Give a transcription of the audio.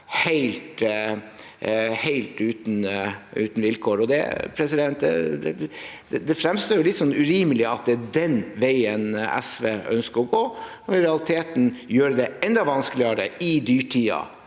helt vilkårlig. Det fremstår urimelig at det er den veien SV ønsker å gå, og i realiteten gjøre det vanskeligere i dyrtiden